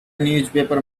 newspaper